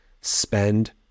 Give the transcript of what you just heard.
Spend